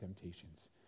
temptations